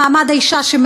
הוועדה למעמד האישה,